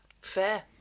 fair